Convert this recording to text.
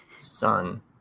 son